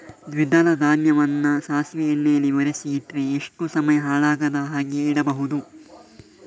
ದ್ವಿದಳ ಧಾನ್ಯವನ್ನ ಸಾಸಿವೆ ಎಣ್ಣೆಯಲ್ಲಿ ಒರಸಿ ಇಟ್ರೆ ಎಷ್ಟು ಸಮಯ ಹಾಳಾಗದ ಹಾಗೆ ಇಡಬಹುದು?